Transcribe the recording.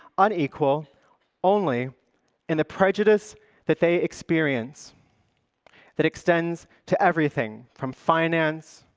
unequal only in the prejudice that they experience that extends to everything from finance,